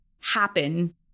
happen